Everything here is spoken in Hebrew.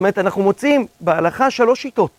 זאת אומרת, אנחנו מוצאים בהלכה שלוש שיטות.